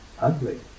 ugly